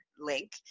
Link